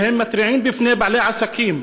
והתראות לבעלי עסקים.